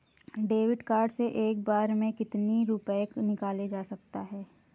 David card से एक बार में कितनी रूपए निकाले जा सकता है?